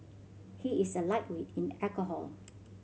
he is a lightweight in alcohol